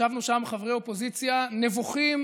ישבנו שם חברי אופוזיציה נבוכים